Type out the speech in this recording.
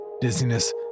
dizziness